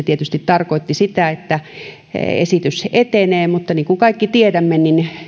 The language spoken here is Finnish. tietysti tarkoitti sitä että esitys etenee mutta niin kuin kaikki tiedämme